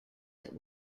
that